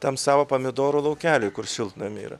tam savo pomidorų laukeliui kur šiltnamy yra